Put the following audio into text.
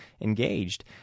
engaged